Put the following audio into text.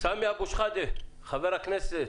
חבר הכנסת